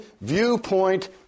viewpoint